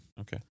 Okay